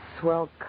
swell